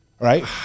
right